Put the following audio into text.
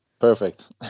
Perfect